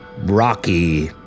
Rocky